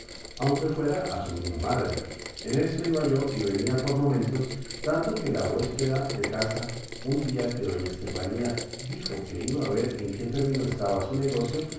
e fuera a su misma madre en esto iba yo y venía por momentos tanto que la huéspeda de casa un día que doña estefanía dijo que iba a ver en qué término estaba su negocio